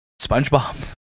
SpongeBob